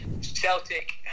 Celtic